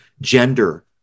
gender